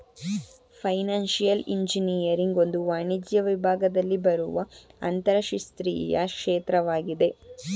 financial engineering ಒಂದು ವಾಣಿಜ್ಯ ವಿಭಾಗದಲ್ಲಿ ಬರುವ ಅಂತರಶಿಸ್ತೀಯ ಕ್ಷೇತ್ರವಾಗಿದೆ